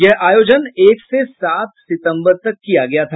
यह आयोजन एक से सात सितंबर तक किया गया था